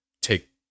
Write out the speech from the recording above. take